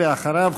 ואחריו,